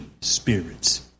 spirits